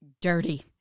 dirty